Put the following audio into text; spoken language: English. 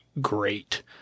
great